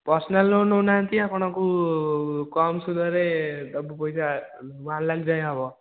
personal loan ନେଉନାହାଁନ୍ତି ଆପଣଙ୍କୁ କମ୍ ସୁଧରେ ଦେବୁ ପଇସା ୱାନ୍ ଲାଖ୍ ଯାଏଁ ହେବ